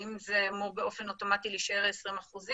האם זה אמור באופן אוטומטי להישאר 20%?